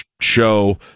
show